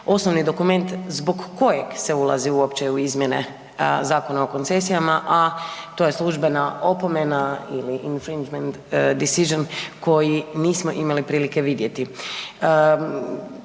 osnovni dokument zbog kojeg se ulazi uopće u izmjene Zakona o koncesijama a to je službena opomena ili .../Govornik se ne razumije./... decision koji nismo imali prilike vidjeti.